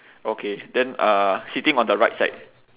okay then uh sitting on the right side